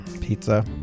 Pizza